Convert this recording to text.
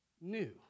new